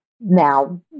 now